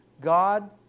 God